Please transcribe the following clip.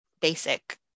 basic